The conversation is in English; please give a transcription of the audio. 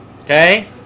okay